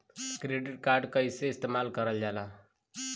Credit card कईसे इस्तेमाल करल जाला?